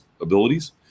abilities